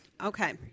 Okay